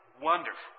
wonderful